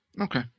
okay